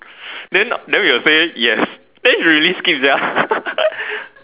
then then we will say yes then she really skip sia